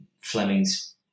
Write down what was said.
Fleming's